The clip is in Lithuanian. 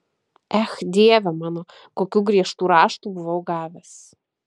ech dieve mano kokių griežtų raštų buvau gavęs